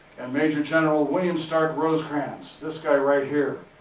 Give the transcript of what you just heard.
and major general william starke rosecrans, this guy right here.